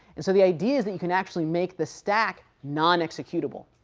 and so the idea is that you can actually make the stack non-executable,